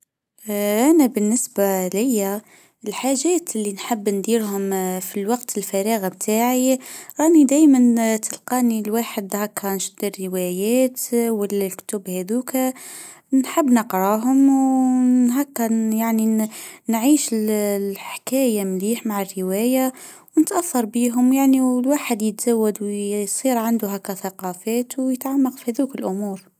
انا بالنسبه ليا الحاجات إللي نحب نديرهم في الوقت الفراغ بتاعي راني دائما تلقاني الواحد هكا يشد الروايات والكتب ذوق نحب نقرأهم و هكا يعني نعيش الحكايه مليح مع الروايه ونتاثر بهم يعني والواحد يتزود ويصير عنده هكا ثقافات ويتعمق في ذوق الامور.